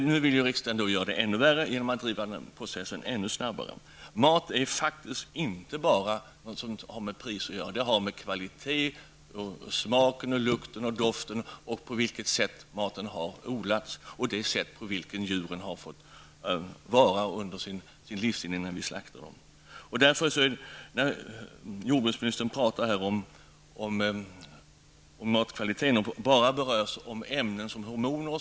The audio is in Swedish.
Nu vill riksdagen göra det ännu värre genom att driva processen ännu snabbare. Mat är faktiskt inte bara något som har med pris att göra. Den har att göra med kvalitet, smak, doft, det sätt som maten har odlats på och det sätt som djuren har fått leva på innan vi slaktar dem. Jordbruksministern pratar om matkvalitet och berör bara sådana ämnen som hormoner.